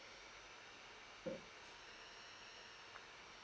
okay